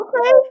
okay